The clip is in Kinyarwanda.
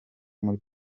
muri